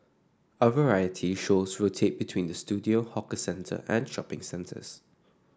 our variety shows rotate between the studio hawker centre and shopping centres